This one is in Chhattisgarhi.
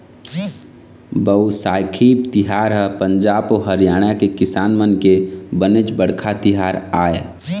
बइसाखी तिहार ह पंजाब अउ हरियाणा के किसान मन के बनेच बड़का तिहार आय